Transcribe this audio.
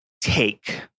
take